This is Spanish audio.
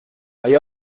ahí